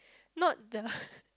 not the